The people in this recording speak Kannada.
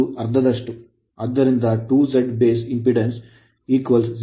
ಆದ್ದರಿಂದ 2Z ಬೇಸ್ ಇಂಪೆಡಾನ್ಸ್ 0